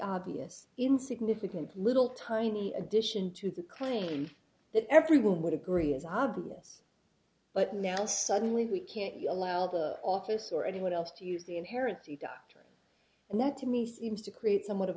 obvious insignificant little tiny addition to the claim that everyone would agree is obvious but now suddenly we can't allow the office or anyone else to use the inherently doctrine and want to me seems to create somewhat of